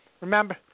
remember